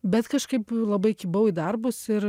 bet kažkaip labai kibau į darbus ir